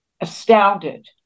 astounded